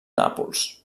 nàpols